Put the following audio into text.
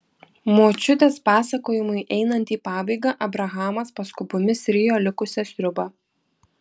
močiutės pasakojimui einant į pabaigą abrahamas paskubomis rijo likusią sriubą